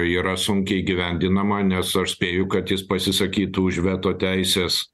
yra sunkiai įgyvendinama nes aš spėju kad jis pasisakytų už veto teisės